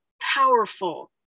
powerful